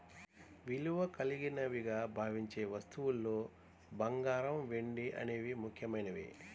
విలువ కలిగినవిగా భావించే వస్తువుల్లో బంగారం, వెండి అనేవి ముఖ్యమైనవి